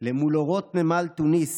מול אורות נמל תוניס